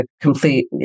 complete